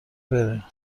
بره